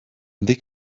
they